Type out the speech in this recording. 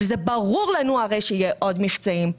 וברור לנו הרי שיהיו עוד מבצעים.